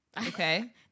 Okay